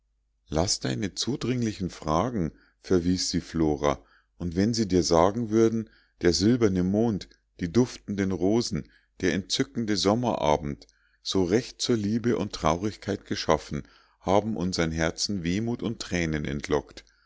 laß deine zudringlichen fragen verwies sie flora und wenn sie dir sagen würden der silberne mond die duftenden rosen der entzückende sommerabend so recht zur liebe und traurigkeit geschaffen haben unsern herzen wehmut und thränen entlockt